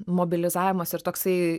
mobilizavimas ir toksai